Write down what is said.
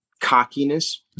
cockiness